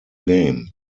game